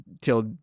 till